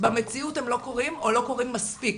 במציאות הם לא קורים או לא קורים מספיק.